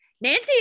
Nancy